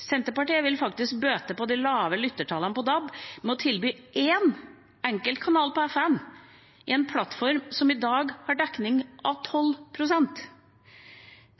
Senterpartiet vil faktisk bøte på de lave lyttertallene på DAB ved å tilby én enkelt kanal på FM, en plattform som i dag har en dekningsprosent på 12.